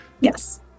Yes